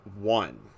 one